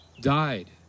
died